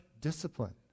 discipline